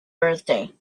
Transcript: birthday